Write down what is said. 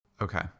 Okay